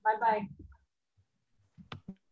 bye-bye